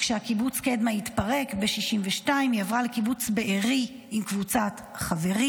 כשקיבוץ קדמה התפרק ב-1962 היא עברה לקיבוץ בארי עם קבוצת חברים,